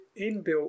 inbuilt